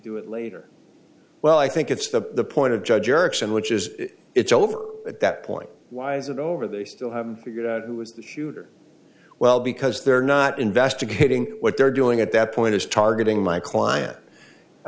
do it later well i think it's the point of judge erickson which is it's all over at that point why's it over they still haven't figured out who is the shooter well because they're not investigating what they're doing at that point is targeting my client i